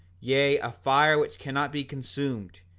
yea, a fire which cannot be consumed,